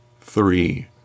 three